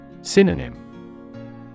Synonym